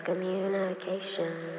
Communication